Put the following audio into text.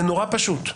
זה נורא פשוט.